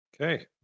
Okay